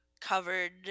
covered